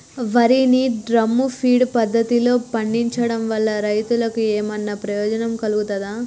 వరి ని drum feed పద్ధతిలో పండించడం వల్ల రైతులకు ఏమన్నా ప్రయోజనం కలుగుతదా?